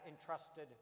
entrusted